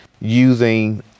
using